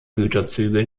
güterzüge